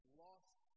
lost